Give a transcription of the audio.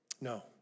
No